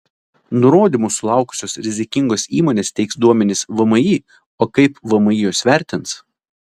nurodymų sulaukusios rizikingos įmonės teiks duomenis vmi o kaip vmi juos vertins